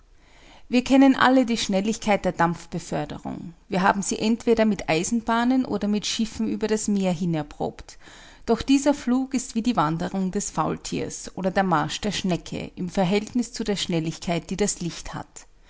wir kennen alle die schnelligkeit der dampfbeförderung wir haben sie entweder mit eisenbahnen oder mit schiffen über das meer hin erprobt doch dieser flug ist wie die wanderung des faultieres oder der marsch der schnecke im verhältnis zu der schnelligkeit die das licht hat